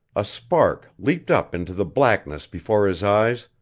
a spark leaped up into the blackness before his eyes,